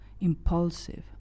impulsive